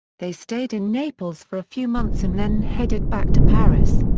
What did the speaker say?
they stayed in naples for a few months and then headed back to paris.